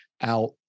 out